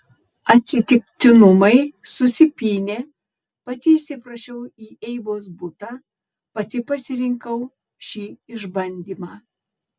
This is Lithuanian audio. atsitiktinumai susipynė pati įsiprašiau į eivos butą pati pasirinkau šį išbandymą